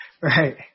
Right